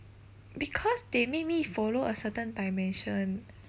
because they make me follow a certain dimension